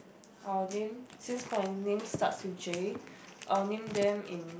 I will name since my name starts with J I will name them in